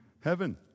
heaven